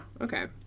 Okay